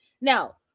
Now